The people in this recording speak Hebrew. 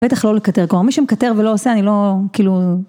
בטח לא לקטר, כלומר מי שמקטר ולא עושה, אני לא, כאילו...